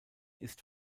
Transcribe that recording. ist